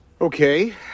Okay